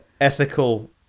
Ethical